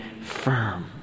firm